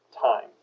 time